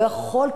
לא יכול,